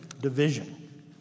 division